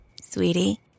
Sweetie